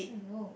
!aiyo!